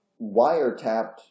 wiretapped